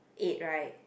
eight right